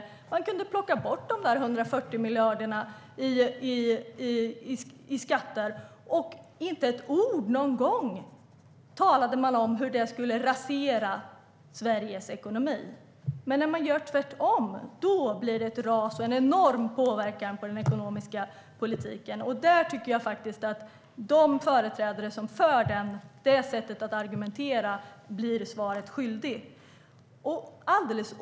De kunde plocka bort de där 140 miljarderna i skatter, och inte med ett ord talade de någon gång om hur det skulle rasera Sveriges ekonomi. Men när man gör tvärtom blir det ett ras och en enorm påverkan på den ekonomiska politiken. Jag tycker att de företrädare som använder det sättet att argumentera blir svaret skyldiga.